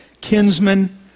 kinsmen